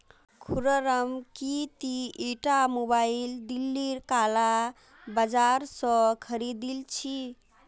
खुर्रम की ती ईटा मोबाइल दिल्लीर काला बाजार स खरीदिल छि